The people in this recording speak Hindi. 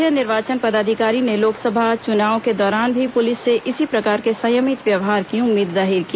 मुख्य निर्वाचन पदाधिकारी ने लोकसभा चुनाव के दौरान भी पुलिस से इसी प्रकार के संयमित व्यवहार की उम्मीद जाहिर की